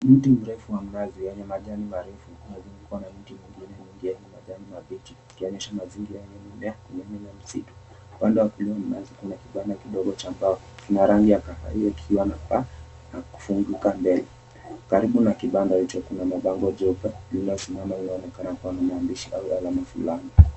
Mti mrefu wa mnazi yenye majani marefu, imezungukwa na miti kubwa yenye majani mabichi ikionyesha mazingira yenye mimea kwenye milima ya misitu. Upande wa kulia kuna kibanda kidogo cha mbao kina rangi ya kahawia ikiwa na paa na kufunguka mbele. Karibu na kibanda hicho kuna mabango jeupe lilisimama lililonekana kuwa lina mahandishi au ya alama fulani.